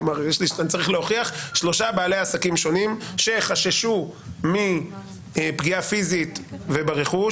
צריך להוכיח שלושה בעלי עסקים שונים שחששו מפגיעה פיזית ופגיעה ברכוש